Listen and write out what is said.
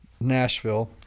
nashville